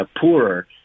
poorer